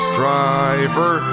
driver